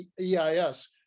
EIS